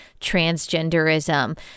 transgenderism